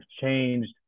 changed